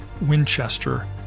Winchester